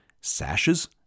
sashes